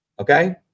Okay